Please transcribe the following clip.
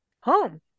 home